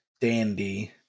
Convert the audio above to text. Dandy